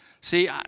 See